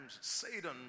Satan